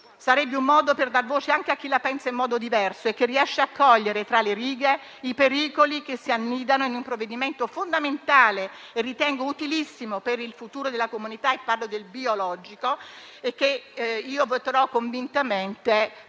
Sarebbe un modo per dare voce anche a chi la pensa in modo diverso e che riesce a cogliere tra le righe i pericoli che si annidano in un provvedimento fondamentale e ritengo utilissimo per il futuro della comunità - parlo del biologico - che io personalmente